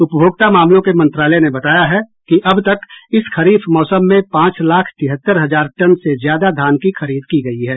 उपभोक्ता मामलों के मंत्रालय ने बताया है कि अब तक इस खरीफ मौसम में पांच लाख तिहत्तर हजार टन से ज्यादा धान की खरीद की गयी है